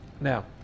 Now